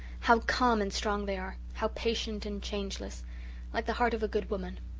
how calm and strong they are how patient and changeless like the heart of a good woman.